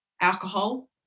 alcohol